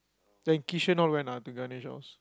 then Kishan all went ah to Ganesh house